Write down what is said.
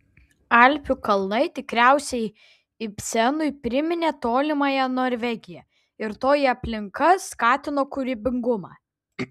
alpių kalnai tikriausiai ibsenui priminė tolimąją norvegiją ir toji aplinka skatino kūrybingumą